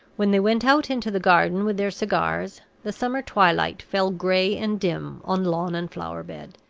when they went out into the garden with their cigars, the summer twilight fell gray and dim on lawn and flower bed,